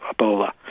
Ebola